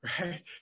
right